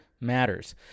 matters